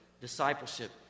discipleship